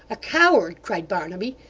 a coward cried barnaby,